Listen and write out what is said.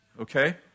Okay